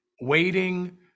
Waiting